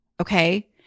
Okay